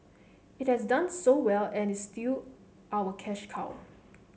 it has done so well and is still our cash cow